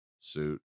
suit